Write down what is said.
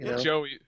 Joey